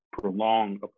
prolong